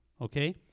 Okay